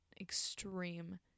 extreme